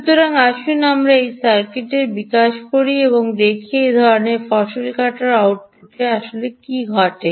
সুতরাং আসুন আমরা সেই সার্কিটটিও বিকাশ করি এবং দেখি যে এই ধরনের ফসল কাটার আউটপুটে আসলে কী ঘটে